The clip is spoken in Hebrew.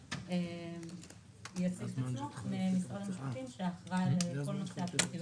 עמיר ממשרד המשפטים, שאחראי על נושא הפרטיות.